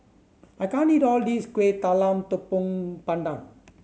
I can't eat all of this Kuih Talam Tepong Pandan